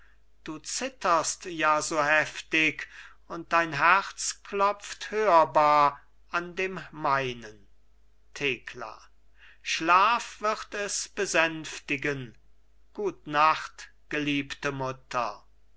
du zitterst ja so heftig und dein herz klopft hörbar an dem meinen thekla schlaf wird es besänftigen gut nacht geliebte mutter